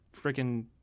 freaking